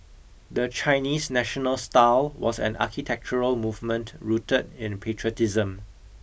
the Chinese national style was an architectural movement rooted in patriotism